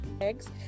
Eggs